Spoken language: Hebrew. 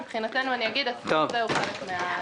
מבחינתנו אני אגיד --- הזה הוא חלק מהעניין.